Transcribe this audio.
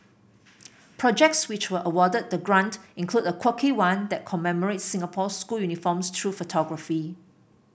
projects which were awarded the grant include a quirky one that commemorates Singapore's school uniforms through photography